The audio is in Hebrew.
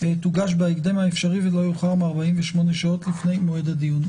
תוגש בהקדם האפשרי ולא יאוחר מ-48 שעות לפני מועד הדיון".